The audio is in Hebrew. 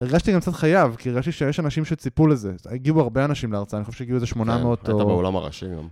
הרגשתי גם קצת חייב, כי הרגשתי שיש אנשים שציפו לזה. הגיעו הרבה אנשים להרצאה, אני חושב שהגיעו איזה 800 או... היית באולם הראשי היום.